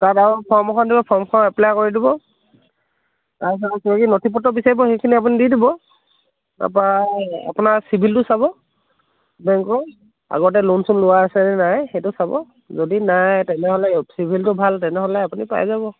form এখন দিব ফৰ্মখন এপ্লাই কৰি দিব তাৰপিছত আও কিবা কিবি নথিপত্ৰ দিব সেইখিনি আপুনি দি দিব তাৰপৰা আপোনা চিভিলটো চাব বেংকৰ আগতে লোণ চোণ লোৱা আছে নে নাই সেইটো চাব যদি নাই তেনেহ'লে চিভিলটো ভাল তেনেহ'লে আপুনি পাই যাব